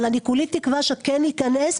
אבל אני כולי תקווה שכן ייכנס,